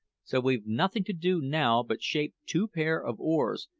so we've nothing to do now but shape two pair of oars,